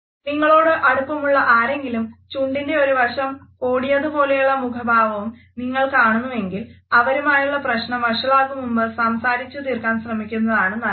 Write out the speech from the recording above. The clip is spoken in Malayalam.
നിങ്ങളോട് അടുപ്പമുള്ള ആരിലെങ്കിലും ചുണ്ടിന്റെ ഒരു വശം കൊടിയതുപോലെയുള്ള മുഖ ഭാവവും നിങ്ങൾ കാണുന്നുവെങ്കിൽ അവരുമായുള്ള പ്രശ്നവും വഷളാകുംമുമ്പ് സംസാരിച്ചു തീർക്കാൻ ശ്രമിക്കുന്നതാണ് നല്ലത്